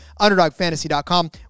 underdogfantasy.com